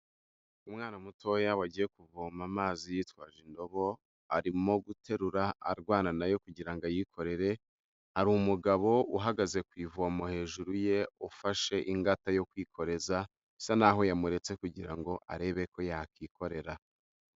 Umwana mutoya wagiye kuvoma amazi yitwaje indobo, arimo guterura arwana nayo kugira ngo ayikorere, hari umugabo uhagaze ku ivomo hejuru ye ufashe ingata yo kwikoreza, bisa n’aho yamuretse kugira ngo arebe ko yakwikorera.